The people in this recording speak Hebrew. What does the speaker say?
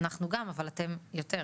אנחנו גם אבל אתם יותר.